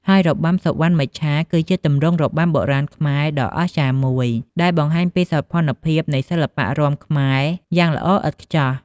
ហើយរបាំសុវណ្ណមច្ឆា គឺជាទម្រង់របាំបុរាណខ្មែរដ៏អស្ចារ្យមួយដែលបង្ហាញពីសោភ័ណភាពនៃសិល្បៈរាំខ្មែរយ៉ាងល្អឥតខ្ចោះ។